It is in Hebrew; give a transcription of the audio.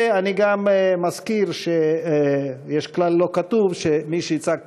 ואני מזכיר גם שיש כלל לא כתוב שמי שיצעק